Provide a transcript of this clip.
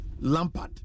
Lampard